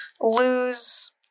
lose